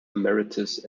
emeritus